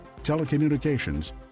telecommunications